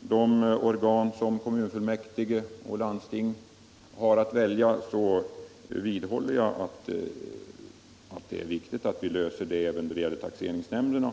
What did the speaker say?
de organ som kommunfullmiäktige och landsting har att utse vidhåller jag att det är viktigt att lösa den frågan även när det gäller taxeringsnämnderna.